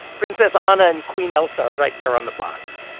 princess ah anna and queen elsa are right there on the box.